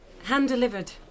Hand-delivered